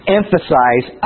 emphasize